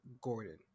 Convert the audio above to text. Gordon